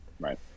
Right